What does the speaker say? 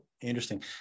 interesting